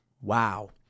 Wow